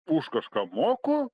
už kažką moku